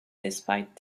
despite